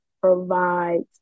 provides